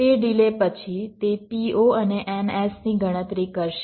તે ડિલે પછી તે PO અને NS ની ગણતરી કરશે